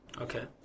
Okay